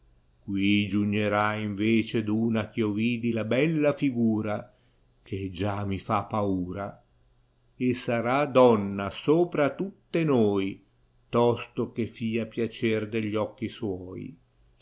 vece d una eh io vidi la bella figura che già mi fa patirà e sarà donna sopra tutte noi tosto che fia piacer degli occhi sqx